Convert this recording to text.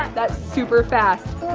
that's superfast.